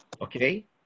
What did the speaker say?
Okay